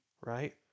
right